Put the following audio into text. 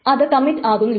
അത് കമ്മിറ്റ് ആകുന്നില്ല